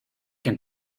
can